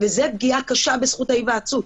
וזו פגיעה קשה בזכות ההיוועצות.